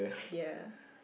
ya